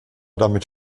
damit